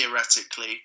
Theoretically